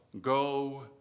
go